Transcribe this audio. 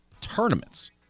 tournaments